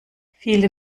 viele